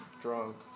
drunk